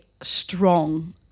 strong